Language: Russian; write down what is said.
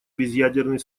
безъядерный